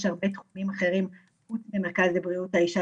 יש הרבה תחומים אחרים חוץ ממרכז לבריאות האישה